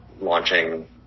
launching